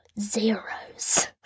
zeros